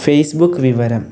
Facebook വിവരം